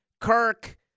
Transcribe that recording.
Kirk